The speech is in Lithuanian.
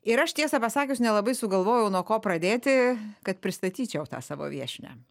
ir aš tiesą pasakius nelabai sugalvojau nuo ko pradėti kad pristatyčiau tą savo viešnią